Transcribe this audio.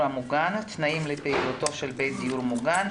המוגן (תנאים לפעילותו של בית דיור מוגן),